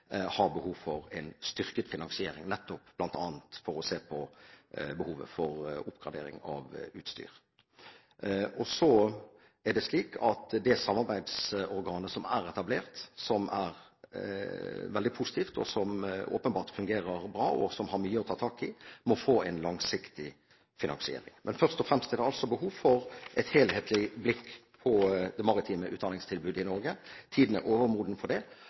har behov for en styrket finansiering nettopp for bl.a. å se på behovet for oppgradering av utstyr. Så er det slik at det samarbeidsorganet som er etablert, som er veldig positivt, og som åpenbart fungerer bra, men som har mye å ta tak i, må få en langsiktig finansiering. Men først og fremst er det altså behov for et helhetlig blikk på det maritime utdanningstilbudet i Norge, tiden er overmoden for det